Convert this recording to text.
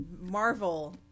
Marvel